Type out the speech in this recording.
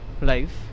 life